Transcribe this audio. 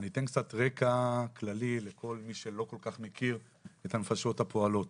אני אתן קצת רקע כללי לכל מי שלא כל כך מכיר את הנפשות הפועלות.